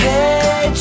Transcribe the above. Hey